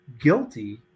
guilty